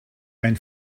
ein